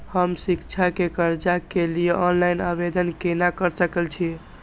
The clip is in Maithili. हम शिक्षा के कर्जा के लिय ऑनलाइन आवेदन केना कर सकल छियै?